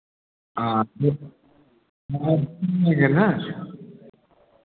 हाँ